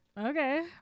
okay